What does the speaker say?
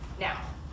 Now